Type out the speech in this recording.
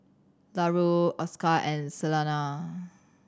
Larue Oscar and Celena